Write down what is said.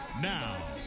Now